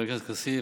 חבר הכנסת כסיף,